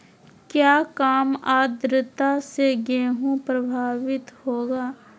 क्या काम आद्रता से गेहु प्रभाभीत होगा?